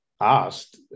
asked